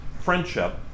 friendship